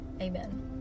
Amen